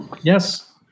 yes